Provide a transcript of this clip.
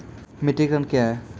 Metric tonne कया हैं?